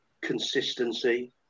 Consistency